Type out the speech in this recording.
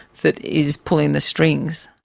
that is pulling the strings.